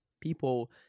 people